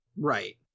Right